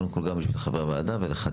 קודם כל גם בשביל חברי הוועדה ולחדד.